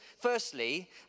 firstly